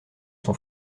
son